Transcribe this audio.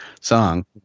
song